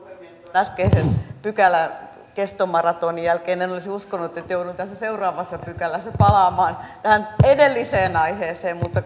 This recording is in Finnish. äskeisen pykäläkestomaratonin jälkeen en olisi uskonut että joudun tässä seuraavassa pykälässä palaamaan tähän edelliseen aiheeseen mutta